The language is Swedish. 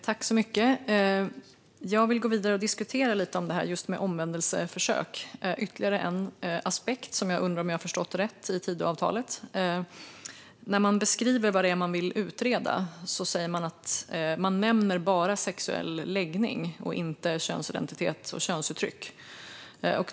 Fru talman! Jag vill gå vidare och diskutera just detta med omvändelseförsök, ytterligare en aspekt i Tidöavtalet som jag undrar om jag har förstått rätt. När man beskriver vad det är man vill utreda nämner man bara sexuell läggning och inte könsidentitet och könsuttryck.